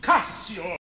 Cassio